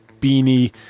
beanie